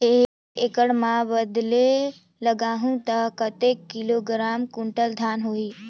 एक एकड़ मां बदले लगाहु ता कतेक किलोग्राम कुंटल धान होही?